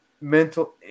mental